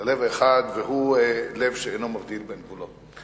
והוא לב שאינו מבדיל בין גבולות.